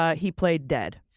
ah he played dead.